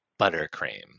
buttercream